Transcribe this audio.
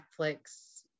Netflix